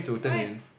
why